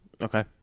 Okay